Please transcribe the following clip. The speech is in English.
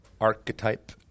Archetype